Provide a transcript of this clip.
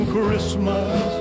Christmas